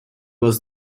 was